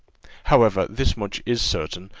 however, this much is certain,